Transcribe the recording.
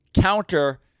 counter